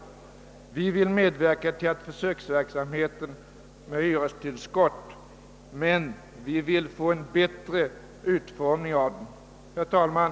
Vi vill medverka till försöksverksamheten med hyrestillskott, men vi vill ha en bättre utformning av den. Herr talman!